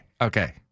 okay